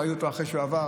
ראיתי אותו אחרי שהוא עבר.